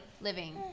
living